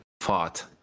fought